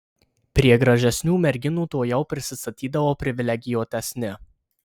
prie gražesnių merginų tuojau prisistatydavo privilegijuotesni